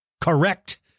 Correct